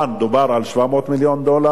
דובר על 700 מיליון דולר,